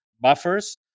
buffers